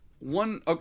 One